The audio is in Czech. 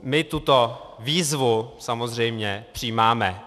My tuto výzvu samozřejmě přijímáme.